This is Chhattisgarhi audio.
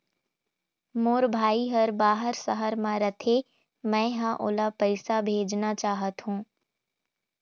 मोर भाई हर बाहर शहर में रथे, मै ह ओला पैसा भेजना चाहथों